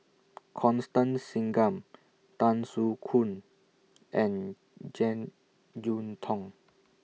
Constance Singam Tan Soo Khoon and Jek Yeun Thong